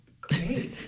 Great